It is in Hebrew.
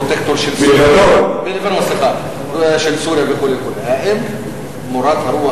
של פרוטקטורט של סוריה וכו' וכו'; האם מורת הרוח